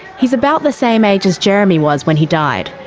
he's about the same age as jeremy was when he died.